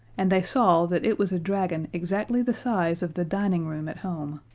and they saw that it was a dragon exactly the size of the dining room at home.